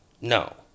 No